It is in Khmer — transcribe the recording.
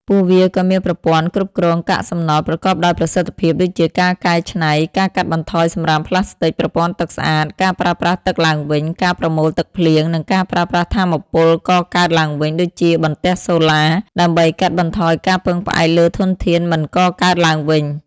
ពួកវាក៏មានប្រព័ន្ធគ្រប់គ្រងកាកសំណល់ប្រកបដោយប្រសិទ្ធភាព ដូចជាការកែច្នៃ ការកាត់បន្ថយសំរាមប្លាស្ទិក ប្រព័ន្ធទឹកស្អាត ការប្រើប្រាស់ទឹកឡើងវិញ ការប្រមូលទឹកភ្លៀង និងការប្រើប្រាស់ថាមពលកកើតឡើងវិញ ដូចជាបន្ទះសូឡា ដើម្បីកាត់បន្ថយការពឹងផ្អែកលើធនធានមិនកកើតឡើងវិញ។